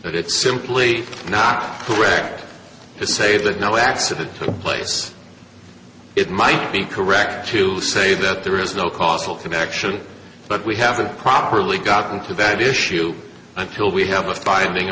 but it's simply not correct to say that no accident place it might be correct to say that there is no causal connection but we haven't properly gotten to that issue until we have a finding